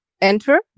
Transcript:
enter